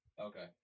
Okay